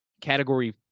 Category